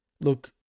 Look